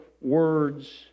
words